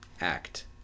act